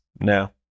no